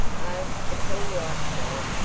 oh, it's all right, sam,